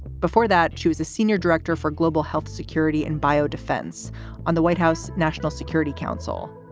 before that, she was a senior director for global health, security and biodefense on the white house national security council.